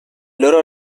loro